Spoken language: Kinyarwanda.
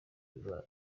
imana